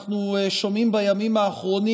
אנחנו שומעים בימים האחרונים: